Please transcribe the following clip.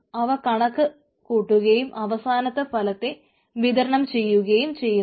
അവ കണക്ക് കൂട്ടുകയും അവസാനത്തെ ഫലത്തെ വിതരണം ചെയ്യുകയും ചെയ്യുന്നു